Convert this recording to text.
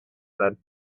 said